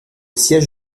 siège